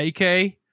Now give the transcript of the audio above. AK